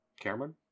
Cameron